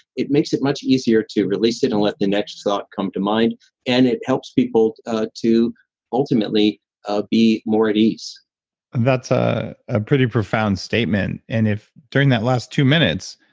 it makes it much easier to release it and let the next thought come to mind and it helps people to ultimately ah be more at ease that's ah a pretty profound statement. and if during that last two minutes,